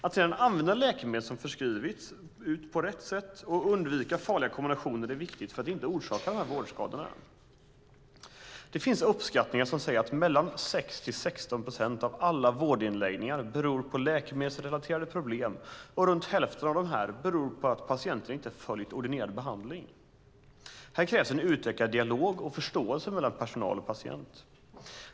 Att sedan använda läkemedlen som skrivits ut på rätt sätt och undvika farliga kombinationer är viktigt för att inte orsaka de här vårdskadorna. Det finns uppskattningar som säger att mellan 6 och 16 procent av alla vårdinläggningar beror på läkemedelsrelaterade problem och runt hälften av dessa beror på att patienten inte har följt ordinerad behandling. Här krävs en utökad dialog och förståelse mellan personal och patient.